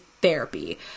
therapy